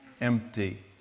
empty